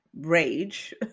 rage